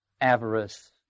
avarice